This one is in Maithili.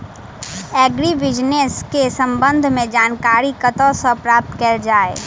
एग्री बिजनेस केँ संबंध मे जानकारी कतह सऽ प्राप्त कैल जाए?